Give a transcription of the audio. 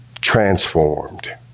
transformed